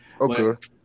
Okay